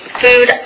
food